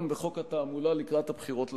בחוק בנוגע לתעמולה לקראת הבחירות לכנסת.